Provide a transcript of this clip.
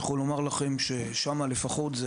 אני יכול לומר לכם שלפחות שם,